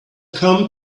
come